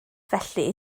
felly